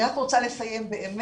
אני רוצה לסיים ולומר